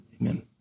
Amen